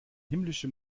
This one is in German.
himmlische